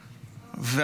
הקליטה,